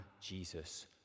jesus